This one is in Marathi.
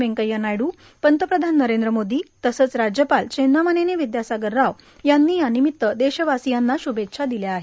व्यंकऱ्या नायडू पंतप्रधान नरेंद्र मोदी तसंच राज्यपाल चेन्नामनेनी विदयासागर राव यांनी यानिमित्त देशवासियांना श्भेच्छा दिल्या आहेत